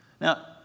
Now